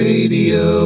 Radio